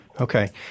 Okay